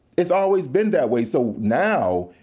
it's always been that way so now,